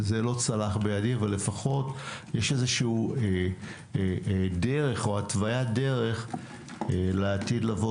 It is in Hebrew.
לא צלח בידי אבל יש דרך או התוויית דרך לעתיד לבוא.